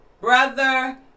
brother